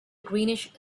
greenish